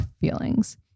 feelings